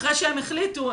אחרי שהם החליטו,